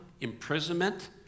imprisonment